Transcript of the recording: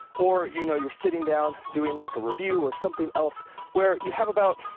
or you know you're sitting down doing like a review or something else where you have about,